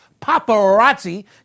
paparazzi